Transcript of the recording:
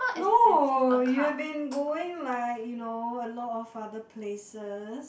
no you have been going like you know a lot of farther places